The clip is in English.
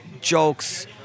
jokes